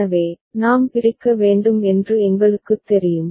எனவே நாம் பிரிக்க வேண்டும் என்று எங்களுக்குத் தெரியும்